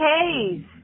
Hayes